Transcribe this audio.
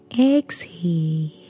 exhale